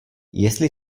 jestli